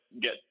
get